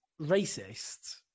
racist